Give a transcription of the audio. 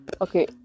okay